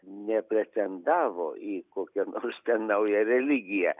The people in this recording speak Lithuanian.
nepretendavo į kokią nors ten naują religiją